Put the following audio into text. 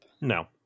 No